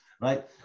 right